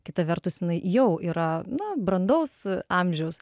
kita vertus jinai jau yra na brandaus amžiaus